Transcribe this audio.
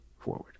forward